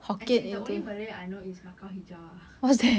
as in the only malay I know is macam hijau ah